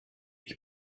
ich